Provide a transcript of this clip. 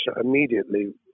immediately